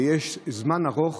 ויש זמן ארוך